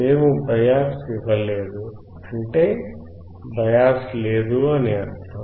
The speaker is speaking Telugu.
మేము బయాస్ ఇవ్వలేదు అంటే బయాస్ లేదు అని అర్థం